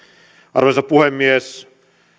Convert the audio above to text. arvoisa puhemies